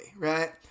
right